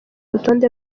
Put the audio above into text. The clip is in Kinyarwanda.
rutonde